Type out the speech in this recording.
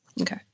Okay